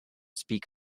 speak